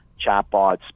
chatbots